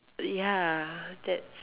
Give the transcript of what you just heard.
ya that's